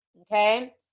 Okay